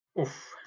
Oof